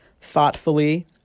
thoughtfully